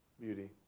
beauty